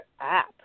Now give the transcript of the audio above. app